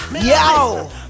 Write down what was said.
Yo